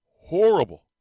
horrible